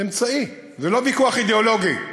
זה אמצעי, זה לא ויכוח אידיאולוגי.